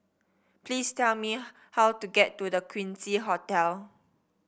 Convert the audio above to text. please tell me how to get to The Quincy Hotel